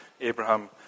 Abraham